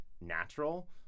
natural